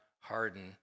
harden